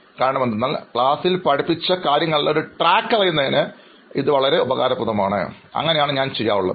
കാരണമെന്തെന്നാൽ ക്ലാസിൽ പഠിപ്പിച്ച കാര്യങ്ങളുടെ ഒരു ട്രാക്ക് അറിയുന്നതിന് ഇത് വളരെ ഉപകാരപ്രദമാണ് അങ്ങനെയാണ് ഞാൻ ചെയ്യാറുള്ളത്